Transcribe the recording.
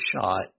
shot